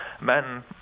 men